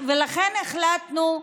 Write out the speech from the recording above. לכן החלטנו,